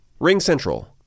RingCentral